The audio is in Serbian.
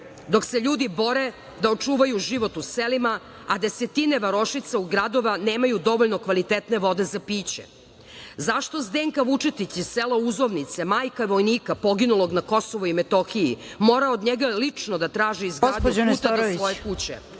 dok se ljudi bore da očuvaju život u selima, a desetine varošica u gradovima nemaju dovoljno kvalitetne vode za piće? Zašto Zdenka Vučetić iz sela Uzovnice, majka vojnika poginulog na Kosovu i Metohiji, mora od njega lično da traži izgradnju puta do svoje kuće?